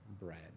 bread